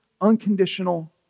unconditional